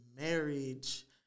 marriage